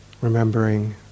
remembering